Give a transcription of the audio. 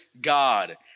God